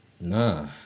Nah